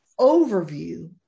overview